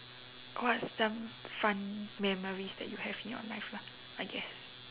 what are some fun memories that you have in your life lah I guess